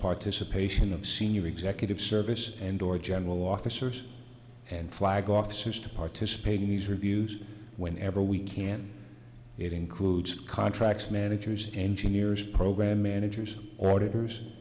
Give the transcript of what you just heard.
participation of senior executive service and or general officers and flag officers to participate in these reviews whenever we can it includes contracts managers engineers program managers or